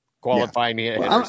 qualifying